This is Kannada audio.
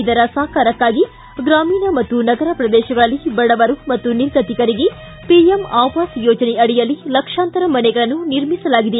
ಇದರ ಸಾಕಾರಕ್ಕಾಗಿ ಗ್ರಾಮೀಣ ಮತ್ತು ನಗರ ಪ್ರದೇಶಗಳಲ್ಲಿ ಬಡವರು ಮತ್ತು ನಿರ್ಗತಿಕರಿಗೆ ಪಿಎಂಆವಾಸ್ ಯೋಜನೆ ಅಡಿಯಲ್ಲಿ ಲಕ್ಷಾಂತರ ಮನೆಗಳನ್ನು ನಿರ್ಮಿಸಲಾಗಿದೆ